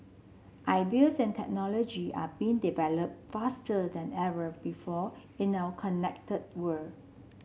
ideas and technology are being developed faster than ever before in our connected world